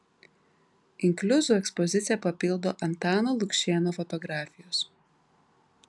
inkliuzų ekspoziciją papildo antano lukšėno fotografijos